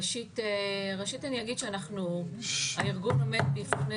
ראשית, אני אגיד שהארגון עומד בפני